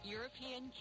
European